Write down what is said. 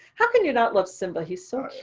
how can you not love simba? he's so